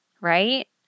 Right